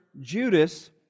Judas